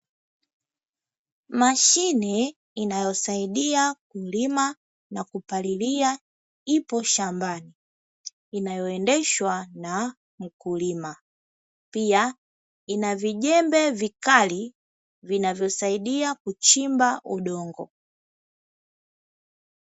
Mashine inayosaidia kulima na kupalilia, ipo shambani inayoendeshwa na mkulima. Pia ina vijembe vikali vinavyosaidia kuchimba udongo.